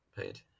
paid